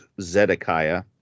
Zedekiah